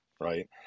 right